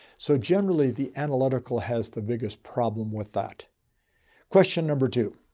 so generally, the analytical has the biggest problem with that question. number two.